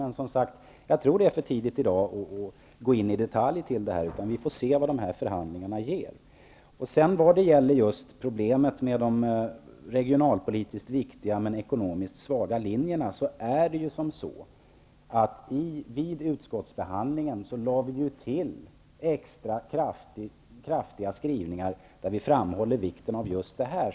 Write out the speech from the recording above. Men det är för tidigt att i dag gå in i detalj. Vi får vänta och se vad förhandlingarna ger. Beträffande problemet med de regionalpolitiskt viktiga, men ekonomiskt svaga linjerna gjorde vi vid utskottsbehandlingen extra kraftiga skrivningar, där vi framhåller vikten av just detta.